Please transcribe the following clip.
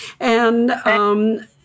And-